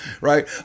right